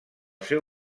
seu